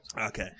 Okay